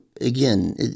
again